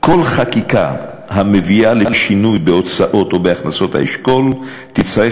כל חקיקה המביאה לשינוי בהוצאות או בהכנסות האשכול תצטרך